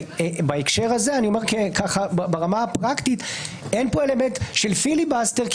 בהקשר הזה אני אומר ברמה הפרקטית שאין פה אלמנט של פיליבסטר,